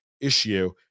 issue